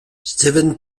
steven